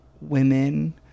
women